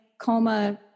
coma